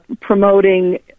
promoting